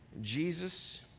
Jesus